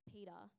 Peter